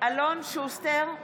אלון שוסטר,